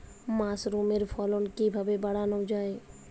মাসরুমের ফলন কিভাবে বাড়ানো যায়?